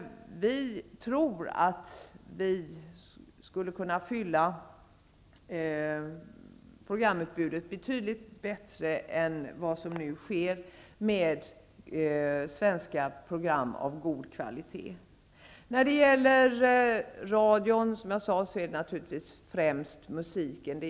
Vi tror att programutbudet skulle kunna fyllas på ett betydligt bättre sätt än vad som nu sker med svenska program av god kvalitet. När det gäller radion är det främst fråga om musiken.